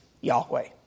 Yahweh